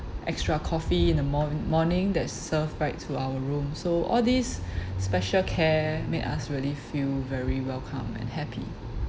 extra coffee in the mor~ morning that served back to our room so all these special care made us really feel very welcomed and happy